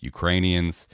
Ukrainians